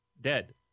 Dead